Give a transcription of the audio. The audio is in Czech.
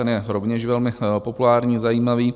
Ten je rovněž velmi populární, zajímavý.